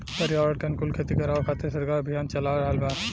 पर्यावरण के अनुकूल खेती करावे खातिर सरकार अभियान चाला रहल बा